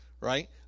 Right